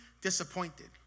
disappointed